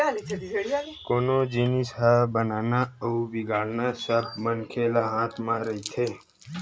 कोनो जिनिस ल बनाना अउ बिगाड़ना सब मनखे के हाथ म रहिथे